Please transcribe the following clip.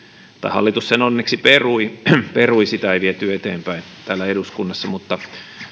hallitus onneksi perui perui sitä ei viety eteenpäin täällä eduskunnassa mutta